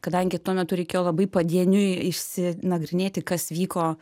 kadangi tuo metu reikėjo labai padieniui išsinagrinėti kas vyko